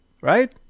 right